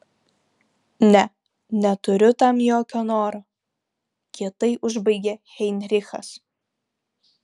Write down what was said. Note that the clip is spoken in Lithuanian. ne neturiu tam jokio noro kietai užbaigė heinrichas